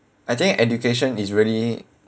I think education is really